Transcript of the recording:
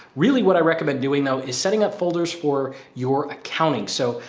really what i recommend doing though, is setting up folders for your accounting. so,